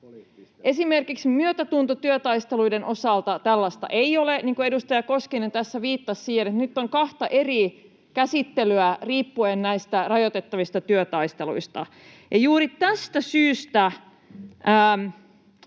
Esimerkiksi myötätuntotyötaisteluiden osalta tällaista ei ole, niin kuin edustaja Koskinen tässä viittasi siihen, että nyt on kahta eri käsittelyä riippuen näistä rajoitettavista työtaisteluista. Juuri tästä syystä